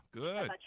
good